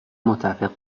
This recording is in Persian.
متفق